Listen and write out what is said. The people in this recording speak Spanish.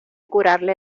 curarle